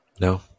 No